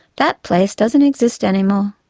that place doesn't exist anymore.